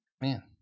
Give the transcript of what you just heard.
man